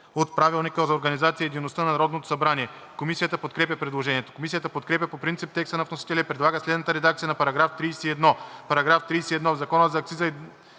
от Правилника за организацията и дейността на Народното събрание. Комисията подкрепя предложението. Комисията подкрепя по принцип текста на вносителя и предлага следната редакция на § 31: „§ 31. В Закона за акцизите